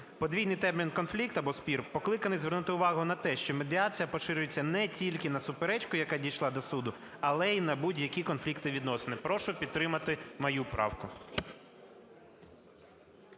Подвійний термін "конфлікт (або спір)" покликаний звернути увагу на те, що медіація поширюється не тільки на суперечку, яка дійшла до суду, але й на будь-які конфлікти і відносини. Прошу підтримати мою правку.